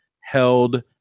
held